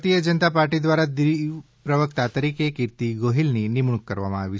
ભારતીય જનતા પાર્ટી દ્વારા દીવ પ્રવક્તા તરીકે કિર્તી ગોહિલની નિમણૂક કરવામાં આવી છે